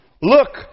look